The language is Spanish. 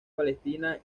palestina